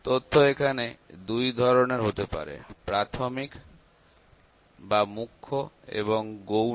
তথ্য এখানে দুই ধরনের হতে পারে প্রাথমিক বা মুখ্য এবং গৌণ